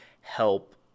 help